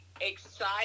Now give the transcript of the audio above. exciting